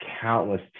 countless